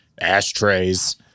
ashtrays